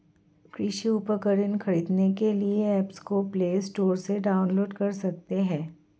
कृषि उपकरण खरीदने के लिए एप्स को प्ले स्टोर से डाउनलोड कर सकते हैं